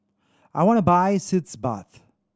I want to buy Sitz Bath